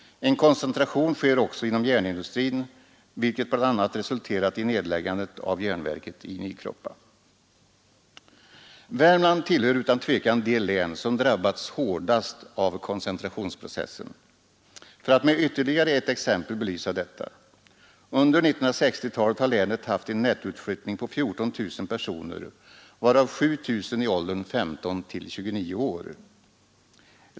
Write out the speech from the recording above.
En koncentration sker också inom järnindustrin, vilket bl.a. resulterat i nedläggandet av järnverket i Nykroppa. Värmland tillhör utan tvivel de län som drabbats hårdast av koncentrationsprocessen. För att med ytterligare ett exempel belysa detta: Under 1960-talet har länet haft en nettoutflyttning på 14 000 personer, varav 7 000 i åldern 15—29 år.